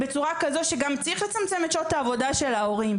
באופן כזה שגם הורים נאלצים לצמצם את שעות העבודה שלהם.